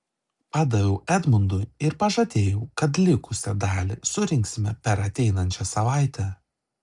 padaviau edmundui ir pažadėjau kad likusią dalį surinksime per ateinančią savaitę